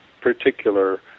particular